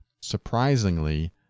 surprisingly